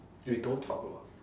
we don't talk a lot